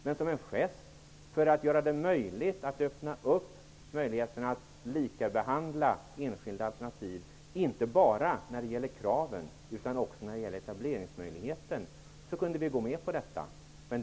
Men som en gest för att öppna möjligheten att likabehandla enskilda alternativ, inte bara när det gäller kraven utan även när det gäller etableringen, kunde vi gå med på detta.